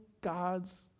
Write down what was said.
God's